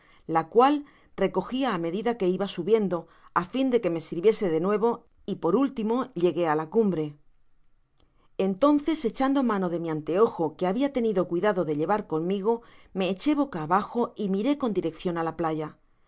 la cual recogia á medida que iba subiendo á fin de que me sirviese de nuevo y por último llegué á la cumbre entonces echando mano de mi anteojo que habia tenido cuidado de llevar conmigo me eché boca abajo y miré con direccion á la playa vi